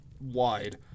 wide